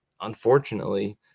Unfortunately